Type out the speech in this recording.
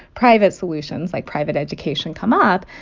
private solutions, like private education, come up,